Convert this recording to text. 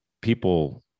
people